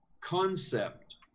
concept